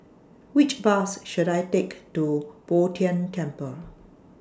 Which Bus should I Take to Bo Tien Temple